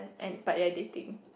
and but they're dating